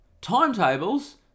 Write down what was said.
Timetables